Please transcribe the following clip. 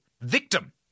victim